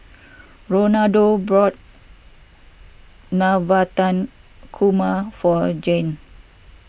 Ronaldo bought Navratan Korma for Jann